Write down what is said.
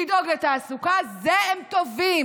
לדאוג לתעסוקה, לזה הם טובים,